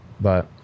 but-